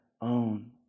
own